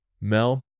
Mel